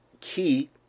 key